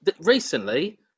recently